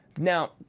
Now